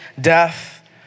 death